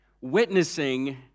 witnessing